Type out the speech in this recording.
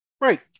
right